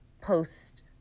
post